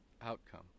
outcome